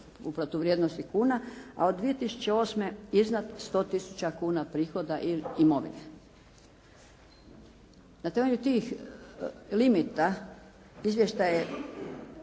u protuvrijednosti kuna. A od 2008. iznad 100000 kuna prihoda i imovine. Na temelju tih limita izvještaj